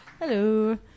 Hello